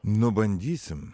nu bandysim